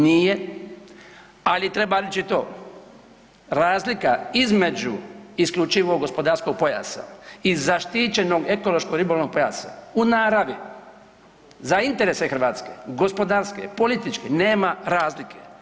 Nije ali treba reći to razlika između isključivog gospodarskog pojasa i zaštićenog ekološko-ribolovnog pojasa u naravi za interese Hrvatske, gospodarske, političke nema razlike.